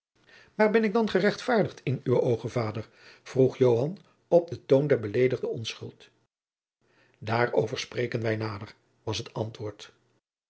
maar ben ik dan gerechtvaardigd in uwe oogen vader vroeg joan op den toon der beledigde onschuld daarover spreken wij nader was het antwoord